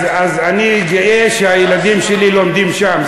אז אני גאה שהילדים שלי לומדים שם.